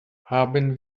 haben